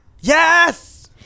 Yes